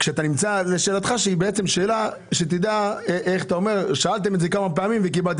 אומר ששאלנו את השאלה כמה פעמים וקיבלנו